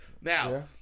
now